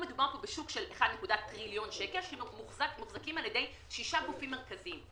מדובר בשוק של טריליון שקל שמוחזק על ידי שישה גופים מרכזיים.